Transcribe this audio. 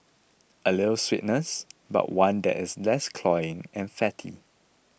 a little sweetness but one that is less cloying and fatty